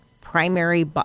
primary